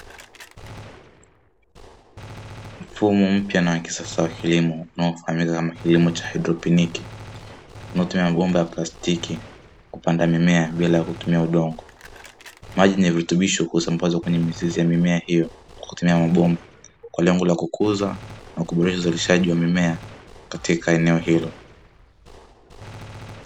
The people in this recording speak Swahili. Mfumo mpya na wa kisasa wa kilimo unaofahamika kama kilimo cha haidroponiki unaotumia mabomba ya plastiki kupanda mimea bila kutumia udongo maji ni virutubisho husambwazwa kwenye mizizi ya mimea hiyo kwa kutumia mabomba kwa lengo la kukuza na kuboresha uzalishaji wa mimea katika eneo hilo.